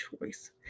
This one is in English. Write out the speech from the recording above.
choice